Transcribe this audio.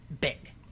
big